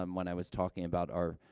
um when i was talking about our,